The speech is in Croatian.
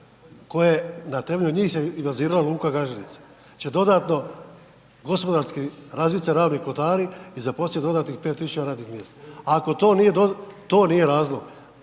koje, na temelju njih se i bazirala luka Gaženica će dodatno razvit se Ravni kotari i zaposlit dodatnih 5.000 radnih mjesta, ako to nije razlog